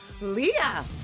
Leah